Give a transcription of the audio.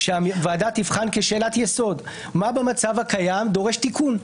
שהוועדה תבחן כשאלת יסוד מה במצב הקיים דורש תיקון,